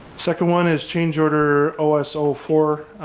second one is change order o s o four.